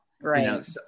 Right